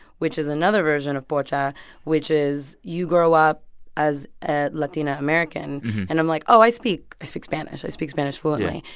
which is another version of pocha but which is you grow up as a latina american and i'm like, oh, i speak i speak spanish. i speak spanish fluently.